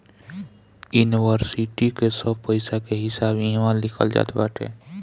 इन्वरसिटी के सब पईसा के हिसाब इहवा लिखल जात बाटे